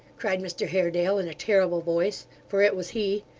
cried mr haredale, in a terrible voice for it was he.